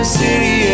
city